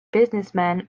businessmen